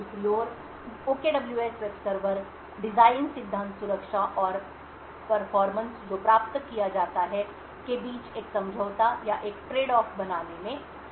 दूसरी ओर OKWS web server design सिद्धांत सुरक्षा और प्रदर्शन जो प्राप्त किया जाता है के बीच एक समझौता या एक ट्रेडऑफ़ बनाने में सक्षम है